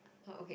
what okay